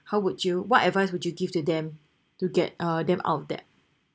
how would you what advice would you give to them to get uh them out of that